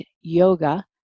yoga